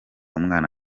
umwana